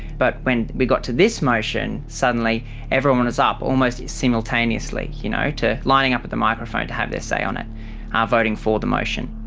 but when we got to this motion suddenly everyone is up almost simultaneously you know to lining up at the microphone to have their say on it ah voting for the motion.